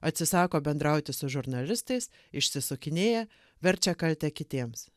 atsisako bendrauti su žurnalistais išsisukinėja verčia kaltę kitiems